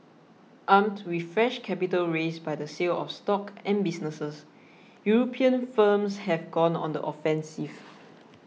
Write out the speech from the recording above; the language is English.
armed with fresh capital raised by the sale of stock and businesses European firms have gone on the offensive